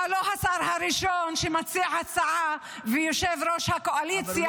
אתה לא השר הראשון שמציע הצעה ויושב-ראש הקואליציה,